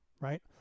right